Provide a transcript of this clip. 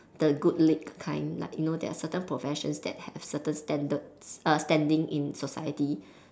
the good league kind like you know there are certain professions that have certain standards err standing in society